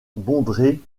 bondrée